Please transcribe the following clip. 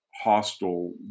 hostile